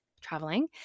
traveling